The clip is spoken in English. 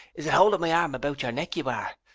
is it holding my arm about your neck you are!